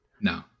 no